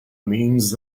means